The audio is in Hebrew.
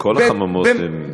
כל החממות הן במכסות.